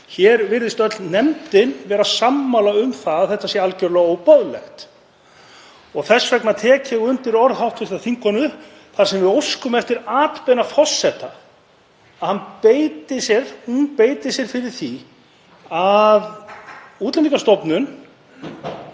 Hér virðist öll nefndin vera sammála um að þetta sé algerlega óboðlegt. Þess vegna tek ég undir orð hv. þingkonu þar sem við óskum eftir atbeina forseta, að hún beiti sér fyrir því að Útlendingastofnun